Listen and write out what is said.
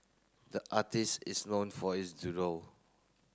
the artist is known for his doodle